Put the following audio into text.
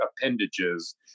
appendages